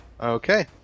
Okay